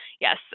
Yes